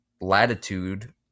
latitude